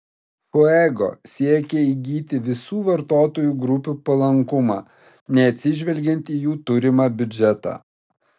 fuego siekė įgyti visų vartotojų grupių palankumą neatsižvelgiant į jų turimą biudžetą